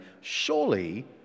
surely